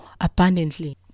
abundantly